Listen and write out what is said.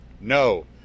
no